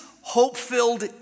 hope-filled